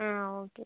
ആ ഓക്കെ